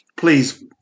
Please